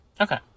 Okay